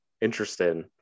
Interesting